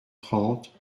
trente